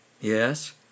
Yes